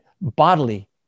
bodily